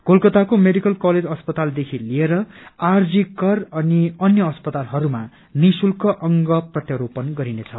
कोलकताको medical college अस्पतालदेखि लिएर आरजी कर अनि अन्य अस्पतालहरूमा निःशुल्क अंग प्रत्यारोपण गरिनेछ